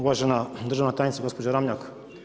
Uvažene državna tajnice, gospođo Ramljak.